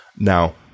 Now